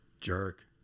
jerk